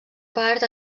part